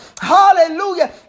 hallelujah